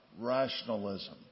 rationalism